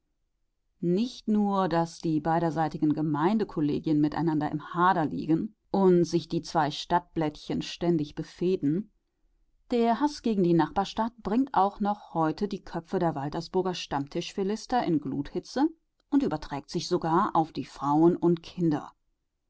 nicht nur daß die beiderseitigen gemeindekollegien miteinander in hader liegen und sich die zwei stadtblättchen ständig befehden der haß gegen die nachbarstadt bringt auch noch heute die köpfe der waltersburger stammtischphilister in gluthitze und überträgt sich sogar auf die frauen und kinder